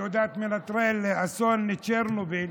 תעודת מנטרל לאסון צ'רנוביל,